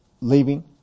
leaving